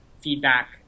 feedback